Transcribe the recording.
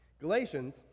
Galatians